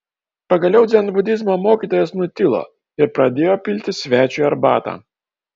pagaliau dzenbudizmo mokytojas nutilo ir pradėjo pilti svečiui arbatą